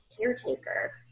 caretaker